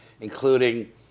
including